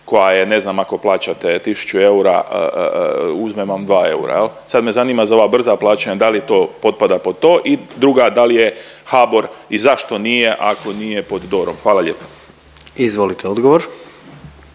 koja je ne znam ako plaćate tisuću eura uzme vam 2 eura jel. Sad me zanima za ova brza plaćanja da li to potpada pod to i druga da li je HABOR i zašto nije ako nije pod DOROM? Hvala lijepa. **Jandroković,